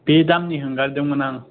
बे दामनि होंगारदोंमोन आं